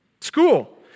School